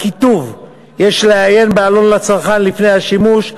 הכיתוב "יש לעיין בעלון לצרכן לפני השימוש",